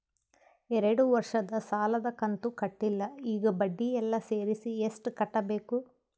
ಎರಡು ವರ್ಷದ ಸಾಲದ ಕಂತು ಕಟ್ಟಿಲ ಈಗ ಬಡ್ಡಿ ಎಲ್ಲಾ ಸೇರಿಸಿ ಎಷ್ಟ ಕಟ್ಟಬೇಕು?